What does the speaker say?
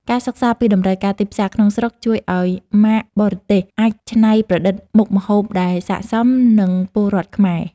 ការសិក្សាពីតម្រូវការទីផ្សារក្នុងស្រុកជួយឱ្យម៉ាកបរទេសអាចច្នៃប្រឌិតមុខម្ហូបដែលស័ក្តិសមនឹងពលរដ្ឋខ្មែរ។